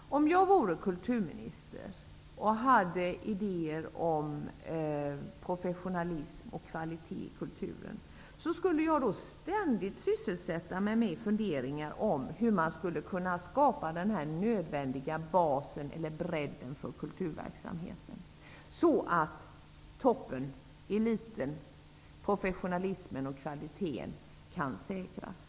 Om jag vore kulturminister och hade idéer om professionalism och kvalitet i kulturen, skulle jag ständigt sysselsätta mig med funderingar om hur man skulle kunna skapa den nödvändiga basen eller bredden för kulturverksamheten, så att toppen, eliten, professionalismen och kvaliteten kan säkras.